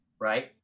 right